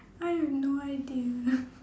I have no idea